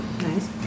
Nice